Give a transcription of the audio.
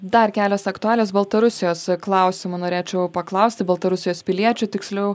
dar kelios aktualios baltarusijos klausimu norėčiau paklausti baltarusijos piliečių tiksliau